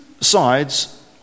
sides